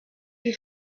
you